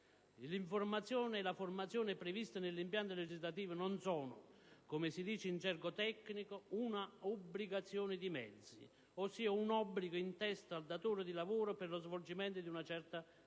L'informazione e la formazione previste nell'impianto legislativo non sono, come si dice in gergo tecnico, un'obbligazione di mezzi, ossia un obbligo in testa al datore di lavoro per lo svolgimento di una certa attività